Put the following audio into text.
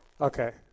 Okay